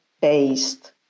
based